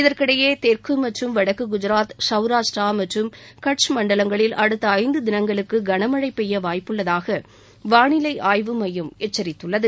இதற்கிடையே தெற்கு மற்றும் வடக்கு குஜராத் சௌராஷ்டிரா மற்றும் டச் மண்டலங்களில் அடுத்த ஐந்து தினங்களுக்கு களமழை பெய்ய வாய்ப்புள்ளதாக வாளிலை ஆய்வு மையம் எச்சரித்துள்ளது